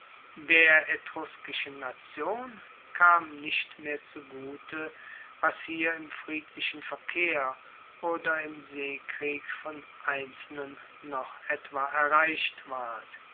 der etruskischen nation kam nicht mehr zugute was hier im friedlichen verkehr oder im seekrieg von einzelnen noch etwa erreicht ward